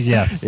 Yes